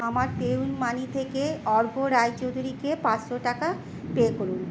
আমার পেইউমানি থেকে অর্ঘ্য রায়চৌধুরীকে পাঁচশো টাকা পে করুন